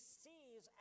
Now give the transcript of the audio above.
sees